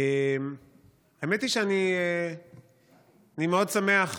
האמת היא שאני מאוד שמח,